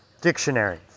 dictionary